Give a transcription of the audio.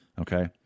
okay